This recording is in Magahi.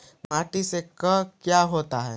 माटी से का क्या होता है?